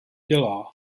dělá